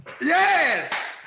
Yes